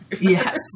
Yes